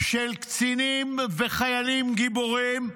של קצינים וחיילים גיבורים,